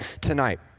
tonight